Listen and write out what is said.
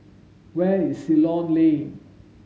where is Ceylon Lane